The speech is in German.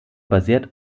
basiert